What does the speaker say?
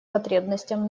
потребностям